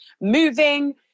moving